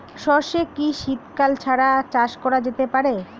সর্ষে কি শীত কাল ছাড়া চাষ করা যেতে পারে?